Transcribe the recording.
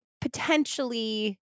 potentially